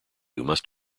must